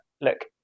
look